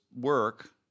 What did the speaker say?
work